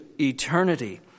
eternity